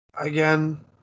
again